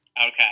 Okay